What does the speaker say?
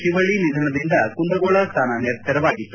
ಶಿವಳ್ಳಿ ನಿಧನದಿಂದ ಕುಂದುಗೋಳ ಈ ಸ್ಥಾನ ತೆರವಾಗಿತ್ತು